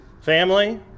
family